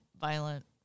violent